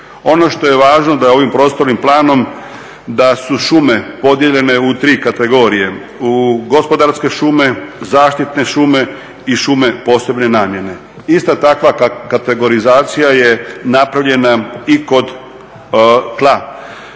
Ono što je važno da je ovim prostornim planom, da su šume podijeljene u tri kategorije: u gospodarske šume, zaštitne šume i šume od posebne namjene. Ista takva kategorizacija je napravljena i kod tla.